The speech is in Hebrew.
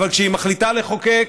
אבל כשהיא החליטה לחוקק,